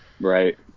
right